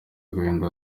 agahinda